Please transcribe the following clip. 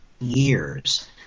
years